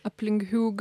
aplink hiūg